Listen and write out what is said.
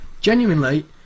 genuinely